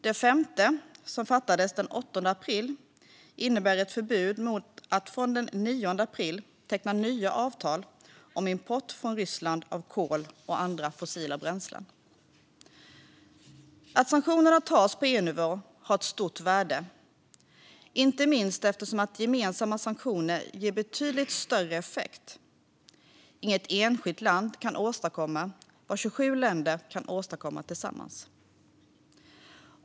Det femte, som antogs den 8 april, innebär ett förbud mot att från den 9 april teckna nya avtal om import från Ryssland av kol och andra fossila bränslen. Att dessa sanktioner antas på EU-nivå har ett stort värde, inte minst eftersom gemensamma sanktioner ger betydligt större effekt. Inget enskilt land kan åstadkomma vad 27 länder kan åstadkomma tillsammans.